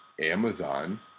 Amazon